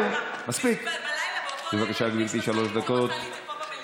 בבקשה, גברתי, שלוש דקות.